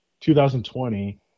2020